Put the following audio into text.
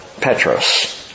Petros